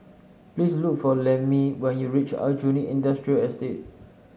please look for Lemmie when you reach Aljunied Industrial Estate